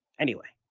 anyway,